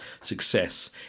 success